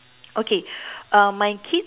okay um my kid